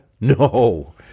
No